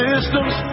Systems